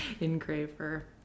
engraver